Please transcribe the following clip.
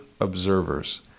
observers